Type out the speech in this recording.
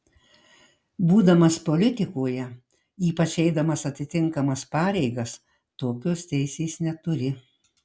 būdamas politikoje ypač eidamas atitinkamas pareigas tokios teisės neturi